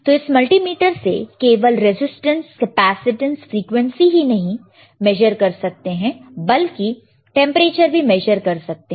तो इस मल्टीमीटर से हम केवल रेजिस्टेंस कैपेसिटेंस फ्रीक्वेंसी ही नहीं मेजर कर सकते हैं बल्कि टेंपरेचर भी मेजर कर सकते हैं